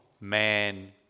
man